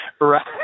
Right